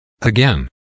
Again